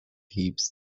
heaps